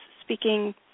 speaking